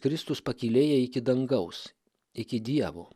kristus pakylėjo iki dangaus iki dievo